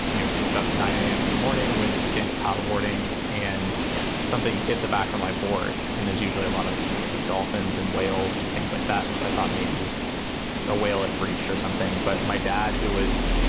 you know, about nine a m. in the morning when standard paddleboarding and something hit the back of my board. and there's usually a lot of, you know dolphins and whales and things like that. and so i thought maybe a whale at fraiche or something. but my dad, who is